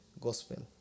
gospel